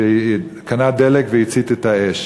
שקנה דלק והצית את האש.